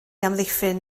amddiffyn